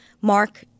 Mark